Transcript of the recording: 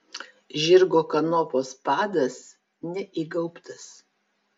žirgo kanopos padas neįgaubtas